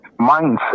mindset